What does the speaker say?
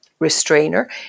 restrainer